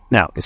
Now